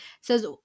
says